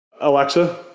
alexa